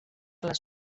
les